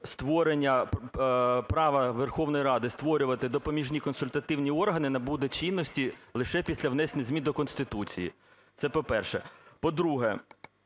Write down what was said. створення, право Верховної Ради створювати допоміжні консультативні органи набуде чинності лише після внесення змін до Конституції. Це по-перше. По-друге.